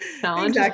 challenge